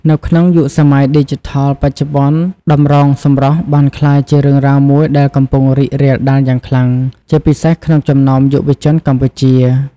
នៅក្នុងយុគសម័យឌីជីថលបច្ចុប្បន្ន តម្រងសម្រស់បានក្លាយជារឿងរ៉ាវមួយដែលកំពុងរីករាលដាលយ៉ាងខ្លាំង ជាពិសេសក្នុងចំណោមយុវជនកម្ពុជា។